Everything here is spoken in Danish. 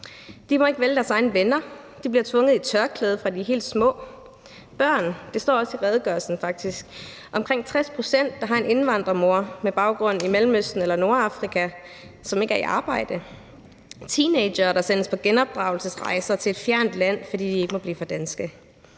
De må ikke vælge deres egne venner; de bliver tvunget til at gå med tørklæde, fra de er helt små. Omkring 60 pct. af børn – det står også i redegørelsen – med en indvandrermor med baggrund i Mellemøsten eller Nordafrika har en mor, som ikke er i arbejde; der er teenagere, der sendes på genopdragelsesrejser til et fjernt land, fordi de ikke må blive for danske;